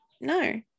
no